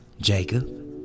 Jacob